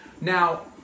Now